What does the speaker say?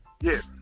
Yes